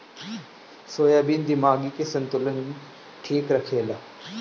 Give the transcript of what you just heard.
soybean दिमागी के संतुलन ठीक रखेला